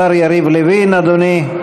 השר יריב לוין, אדוני.